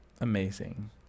amazing